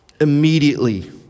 Immediately